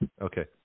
Okay